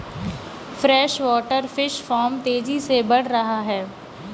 freshwater fish farm तेजी से बढ़ रहा है